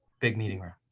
big meeting room,